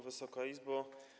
Wysoka Izbo!